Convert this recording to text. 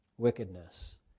wickedness